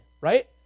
right